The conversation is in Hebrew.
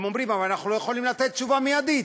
הם אומרים: אבל אנחנו לא יכולים לתת תשובה מיידית.